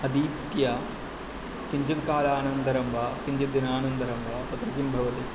अधीत्य किञ्चित् कालानन्तरं वा किञ्चित् दिनानन्तरं वा तत्र किं भवति